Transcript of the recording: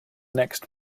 next